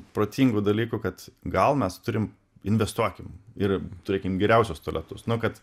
protingų dalykų kad gal mes turim investuotim ir turėkim geriausius tualetus nu kad